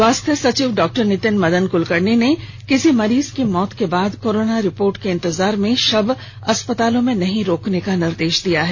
स्वास्थ्य सचिव डॉ नितिन मदन कुलकर्णी ने किसी मरीज की मौत के बाद कोरोना रिपोर्ट के इंतजार में शव अस्पतालों में नहीं रोकने का निर्देश दिया है